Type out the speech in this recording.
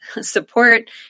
support